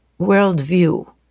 worldview